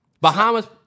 Bahamas